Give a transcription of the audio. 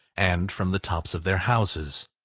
and from the tops of their houses,